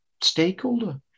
stakeholder